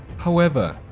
however,